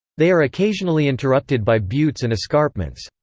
they are occasionally interrupted by buttes and escarpments.